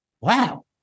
Wow